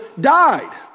died